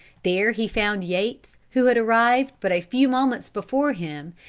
there he found yates who had arrived but a few moments before him,